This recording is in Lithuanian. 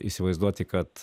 įsivaizduoti kad